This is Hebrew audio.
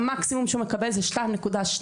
המקסימום שהוא מקבל זה 2.2